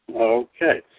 Okay